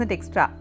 Extra